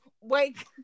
wake